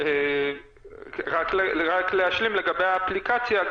אשלים לגבי האפליקציה.